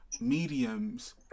mediums